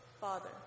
Father